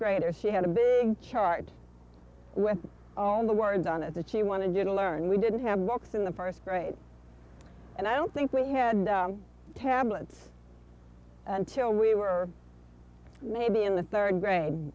grader she had a big chart with all the words on it that she wanted you to learn we didn't have walks in the first grade and i don't think we had tablets until we were maybe in the third grade